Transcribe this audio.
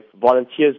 volunteers